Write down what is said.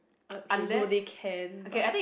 okay no they can but